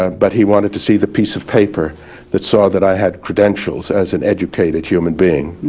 um but he wanted to see the piece of paper that saw that i had credentials as an educated human being.